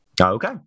Okay